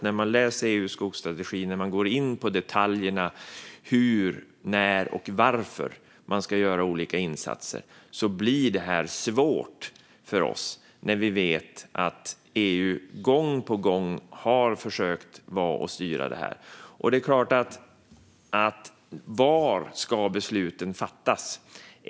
När man läser EU:s skogsstrategi och går in på detaljerna rörande hur, när och varför olika insatser ska göras blir det svårt för oss då vi vet att EU gång på gång har försökt styra det här. Var ska besluten fattas?